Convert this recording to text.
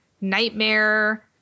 nightmare